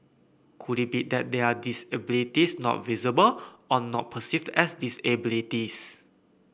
could it be that there are disabilities not visible or not perceived as disabilities